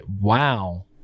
wow